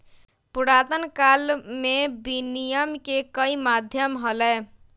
पुरातन काल में विनियम के कई माध्यम हलय